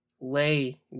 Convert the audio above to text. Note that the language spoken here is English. lay